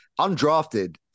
undrafted